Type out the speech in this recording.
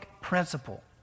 Principle